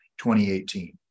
2018